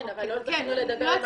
כן, אבל לא זכינו לדבר עם חברת הכנסת.